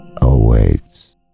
awaits